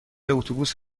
اتوبوس